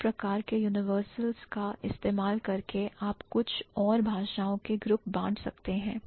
समान प्रकार के universals का इस्तेमाल करके आप कुछ और भाषाओं के ग्रुप बांट सकते हैं